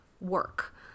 work